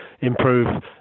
improve